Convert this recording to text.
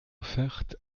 offerte